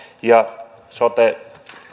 ja sote